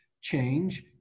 change